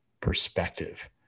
perspective